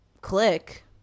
click